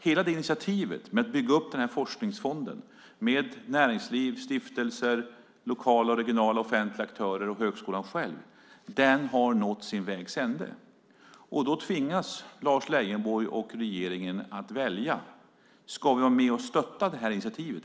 Hela initiativet med att bygga upp forskningsfonden med näringsliv, stiftelser, lokala och regionala offentliga aktörer och högskolan själv har nått vägs ände. Då tvingas Lars Leijonborg och regeringen att välja. Ska vi vara med och stötta initiativet?